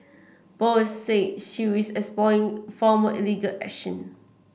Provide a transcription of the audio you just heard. Bose said she is exploring formal illegal action